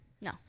No